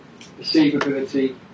perceivability